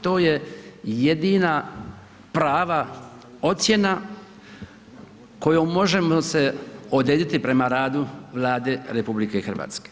To je jedina prava ocjena kojom možemo se odrediti prema radu Vlade RH.